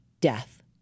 death